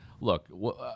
look